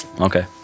Okay